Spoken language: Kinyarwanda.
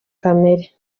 kamere